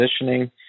positioning